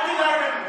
אל תדאג לנו.